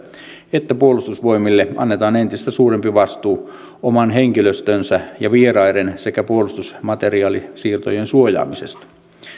että puolustusvoimille annetaan entistä suurempi vastuu oman henkilöstönsä ja vieraiden sekä puolustusmateriaalisiirtojen suojaamisesta